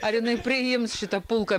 ar jinai priims šitą pulką